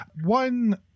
one